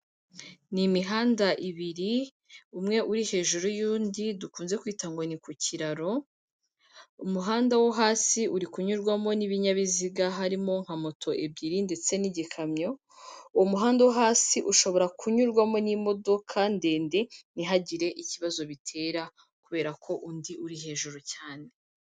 Ni imihanda ibiri umwe uri hejuru y'undi dukunze kwita ngo ni ku kiraro, umuhanda wo hasi uri kunyurwamo n'ibinyabiziga harimo nka moto ebyiri ndetse n'igikamyo. Uwo muhanda wo hasi ushobora kunyurwamo n'imodoka ndende ntihagire ikibazo bitera kubera ko undi uri hejuru cyane.